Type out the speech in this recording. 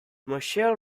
michael